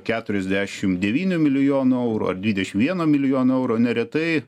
keturiasdešim devynių milijonų eurų ar dvidešim vieno milijono eurų neretai